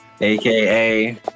AKA